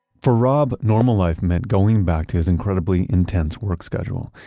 for rob, normal life meant going back to his incredibly intense work schedule.